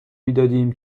میدادیم